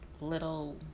little